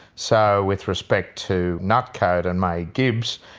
so with respect to nutcote and may gibbs,